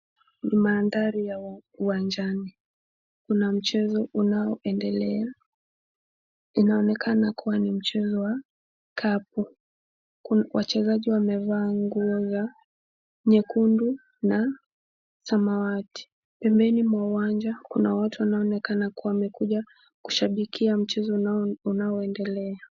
Ni mandhari ya uwanjani kuna mchezo unaoendelea. Inaonekana kuwa ni mchezo wa kapu. Wachezaji wamevaa nguo za nyekundu na samawati. Pembeni mwa uwanja kuna watu wanaonekana kuwa wamekuja kushabikia mchezo unaoendelea.